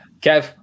Kev